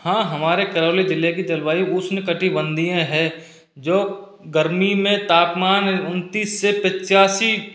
हाँ हमारे करौली ज़िले की जलवायु उष्णकटिबंधीय है जो गर्मी में तापमान उनतीस से पचासी